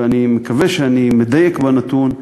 ואני מקווה שאני מדייק בנתון,